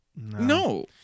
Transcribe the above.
No